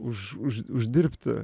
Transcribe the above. už už uždirbti